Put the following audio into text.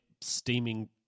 steaming